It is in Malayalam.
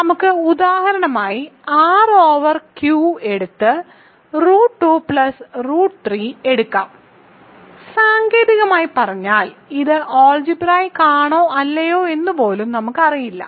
നമുക്ക് ഉദാഹരണമായി R ഓവർ Q എടുത്ത് റൂട്ട് 2 പ്ലസ് റൂട്ട് 3 എടുക്കാം സാങ്കേതികമായി പറഞ്ഞാൽ ഇത് ആൾജിബ്രായിക്ക് ആണോ അല്ലയോ എന്ന് പോലും നമുക്ക് അറിയില്ല